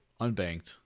unbanked